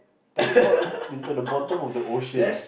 teleport into the bottom of the ocean